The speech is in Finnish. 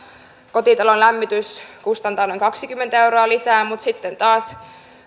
kotitalon lämmitys kustantaa noin kaksikymmentä euroa lisää mutta sitten taas